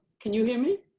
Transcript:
can you hear me.